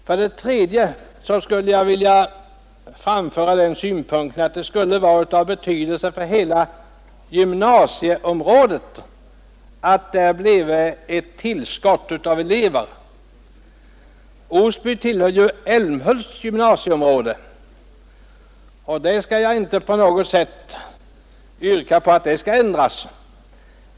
För det tredje vill jag framföra den synpunkten att det skulle vara av betydelse för hela gymnasieområdet att där blev ett tillskott av elever. Osby tillhör ju Älmhults gymnasieområde, och jag skall inte på något sätt yrka att det skall ändras.